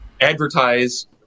advertise